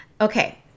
Okay